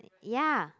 ya